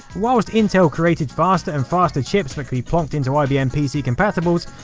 whilst intel created faster and faster chips that could be plonked into ibm pc compatibles,